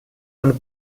and